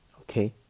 Okay